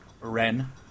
Ren